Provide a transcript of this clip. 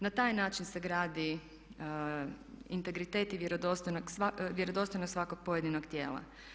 Na taj način se gradi integritet i vjerodostojnost svakog pojedinog tijela.